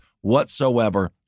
whatsoever